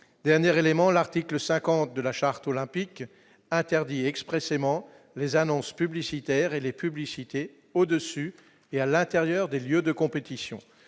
dernier élément : l'article 50 de la charte olympique interdit expressément les annonces publicitaires et les publicités au-dessus et à l'intérieur des lieux de compétition,